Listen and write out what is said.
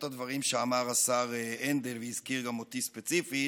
הדברים שאמר השר הנדל והזכיר גם אותי ספציפית.